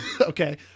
okay